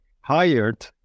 hired